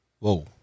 Whoa